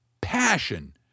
passion